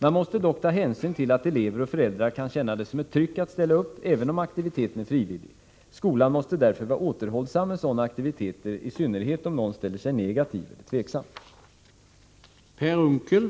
Man måste dock ta hänsyn till att elever och föräldrar kan känna ett tryck att ställa upp, även om aktiviteten är frivillig. Skolan måste därför vara återhållsam med sådana aktiviteter, i synnerhet om någon ställer sig negativ eller tveksam.